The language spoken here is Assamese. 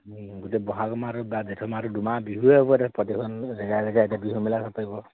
গোটেই বহাগ মাহটো বা জেঠ মাহটোৰ আৰু দুমাহ বিহুৱে হ'ব এয়া প্ৰতিখন জেগাই জেগাই এতিয়া বিহু মেলা চাব পাৰিব